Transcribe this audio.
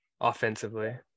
offensively